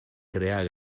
crear